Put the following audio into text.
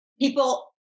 people